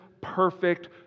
perfect